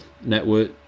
Network